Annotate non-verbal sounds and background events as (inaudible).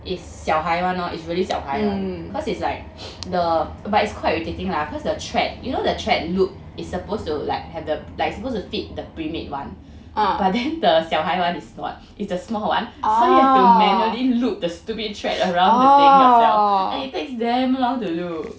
it's 小孩 [one] lor it's really 小孩 [one] cause it's like the (breath) but it's quite irritating lah cause the thread you know the thread loop is supposed to like have the like supposed to fit the premade [one] ah but then the 小孩 [one] is what is the small [one] so you have to manually loop the stupid thread around the thing ya and it takes damn long to do